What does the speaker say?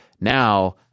Now